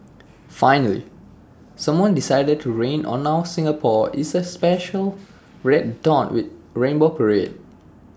finally someone decided to rain on our Singapore is A special red dot with rainbow parade